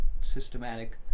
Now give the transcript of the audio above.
systematic